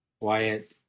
quiet